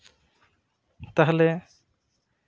ᱛᱟᱦᱚᱞᱮ